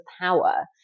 power